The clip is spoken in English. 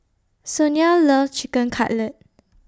Sonia loves Chicken Cutlet